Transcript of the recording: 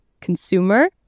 consumer